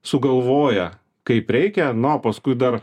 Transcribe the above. sugalvoja kaip reikia na o paskui dar